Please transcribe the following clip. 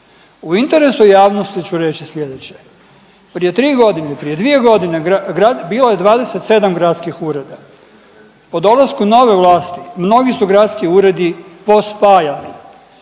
U interesu javnosti ću reći slijedeće, prije 3.g. ili prije 2.g. grad, bilo je 27 gradskih ureda, po dolasku nove vlasti mnogi su gradski uredi pospajani,